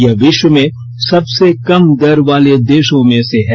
यह विश्व में सबसे कम दर वाले देशों में से है